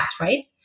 right